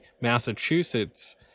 Massachusetts